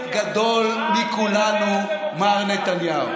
זה גדול מכולנו, מר נתניהו.